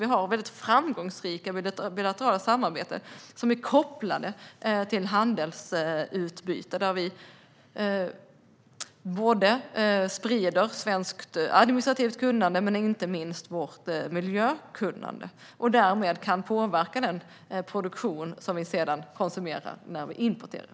Vi har väldigt framgångsrika bilaterala samarbeten, som är kopplade till handelsutbyte där vi sprider svenskt administrativt kunnande och inte minst vårt miljökunnande. Därmed kan vi påverka den produktion som vi sedan konsumerar när vi importerar.